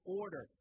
order